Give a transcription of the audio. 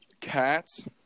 cats